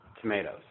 tomatoes